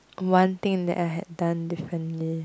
one thing that I had done differently